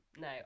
no